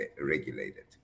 regulated